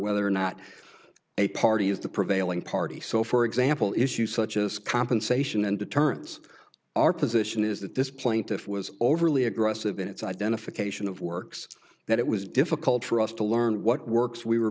whether or not a party is the prevailing party so for example issues such as compensation and deterrence our position is that this plaintiff was overly aggressive in its identification of works that it was difficult for us to learn what works we were